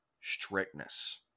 strictness